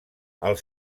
els